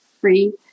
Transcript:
free